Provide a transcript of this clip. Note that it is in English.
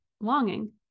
longing